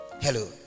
Hello